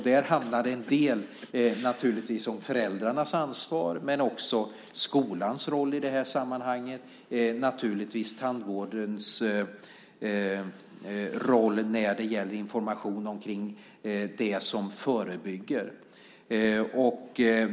Där handlar det delvis naturligtvis om föräldrarnas ansvar men också om skolans roll i sammanhanget och naturligtvis tandvårdens roll när det gäller information om det som förebygger.